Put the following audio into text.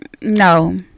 no